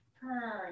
turn